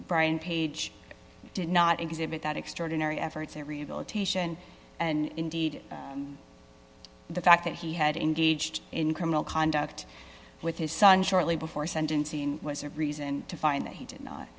brian page did not exhibit that extraordinary efforts at rehabilitation and indeed the fact that he had engaged in criminal conduct with his son shortly before sentencing was a reason to find that he did